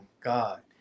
god